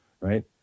right